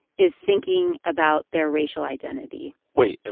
is thinking about their racial identity wait. and